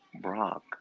Brock